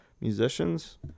musicians